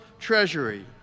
treasury